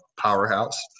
Powerhouse